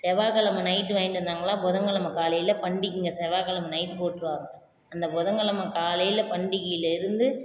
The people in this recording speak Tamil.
செவ்வாக்கெழம நைட்டு வாங்கிட்டு வந்தாங்களா புதன்கெழம காலையில் பண்டிகைங்க செவ்வாக்கெழம நைட்டு போட்டுருவாங்க அந்த புதன்கெழம காலையில் பண்டிகையிலேருந்து